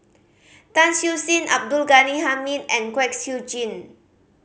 Tan Siew Sin Abdul Ghani Hamid and Kwek Siew Jin